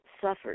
suffered